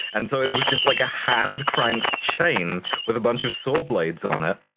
and so it was just like a hand-cranked chain with a bunch of saw blades on it,